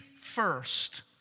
first